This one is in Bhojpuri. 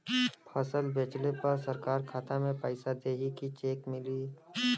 फसल बेंचले पर सरकार खाता में पैसा देही की चेक मिली?